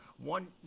one